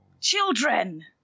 Children